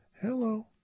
Hello